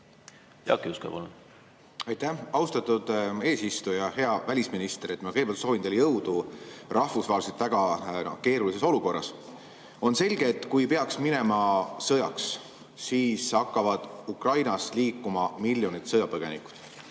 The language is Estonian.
palun! Aitäh, austatud eesistuja! Hea välisminister! Ma kõigepealt soovin teile jõudu rahvusvaheliselt väga keerulises olukorras. On selge, et kui peaks minema sõjaks, siis hakkavad Ukrainast liikuma miljonid sõjapõgenikud.